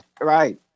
Right